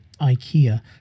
IKEA